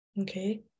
Okay